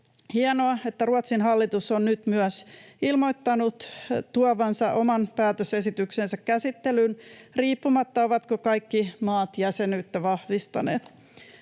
Hienoa, että myös Ruotsin hallitus on nyt ilmoittanut tuovansa oman päätösesityksensä käsittelyyn riippumatta siitä, ovatko kaikki maat jäsenyyttä vahvistaneet.